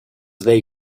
they